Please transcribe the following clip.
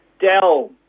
Dell